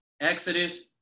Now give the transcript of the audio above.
Exodus